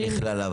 אין דבר כזה.